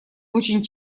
очень